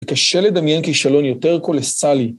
קשה לדמיין כישלון יותר קולוסאלי